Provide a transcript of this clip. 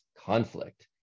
conflict